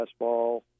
fastball